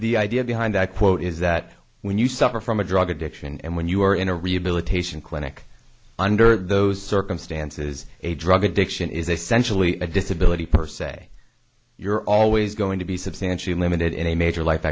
the idea behind that quote is that when you suffer from a drug addiction and when you are in a rehabilitation clinic under those circumstances a drug addiction is essentially a disability per se you're always going to be substantially limited in a major life